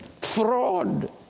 fraud